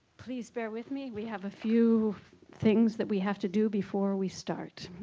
please bear with me we have a few things that we have to do before we start.